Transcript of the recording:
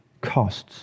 costs